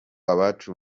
abacu